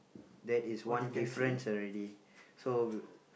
that is one difference already so w~